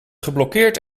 geblokkeerd